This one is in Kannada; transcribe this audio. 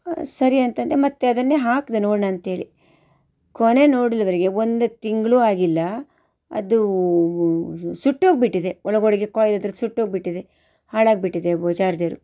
ಸರಿ ಅಂತಂದೆ ಮತ್ತೆ ಅದನ್ನೇ ಹಾಕಿದೆ ನೋಡೋಣ ಅಂತೇಳಿ ಕೊನೆಗೆ ನೋಡಿದ್ರೆ ಒಂದು ತಿಂಗಳೂ ಆಗಿಲ್ಲ ಅದು ಸುಟ್ಟೋಗಿಬಿಟ್ಟಿದೆ ಒಳಗೊಳಗೇ ಕಾಯಿಲ್ ಅದರ ಸುಟ್ಟೋಗಿಬಿಟ್ಟಿದೆ ಹಾಳಾಗಿಬಿಟ್ಟಿದೆ ಚಾರ್ಜರು